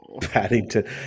Paddington